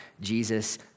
Jesus